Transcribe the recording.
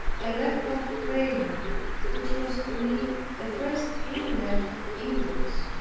i left off prayer which was to me the first inlet of evils.